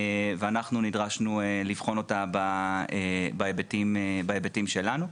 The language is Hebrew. ואנחנו נדרשנו לבחון אותה בהיבטים שלנו.